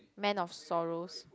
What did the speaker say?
man of sorrows